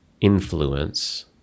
influence